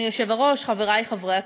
אדוני היושב-ראש, חברי חברי הכנסת,